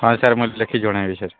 ହଁ ସାର୍ ମୋତେ ଲେଖିକି ଜଣେଇବେ ସାର୍